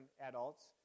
adults